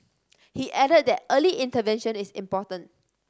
he added that early intervention is important